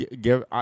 give